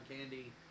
Candy